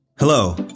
Hello